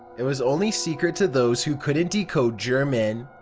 it was only secret to those who couldn't decode german.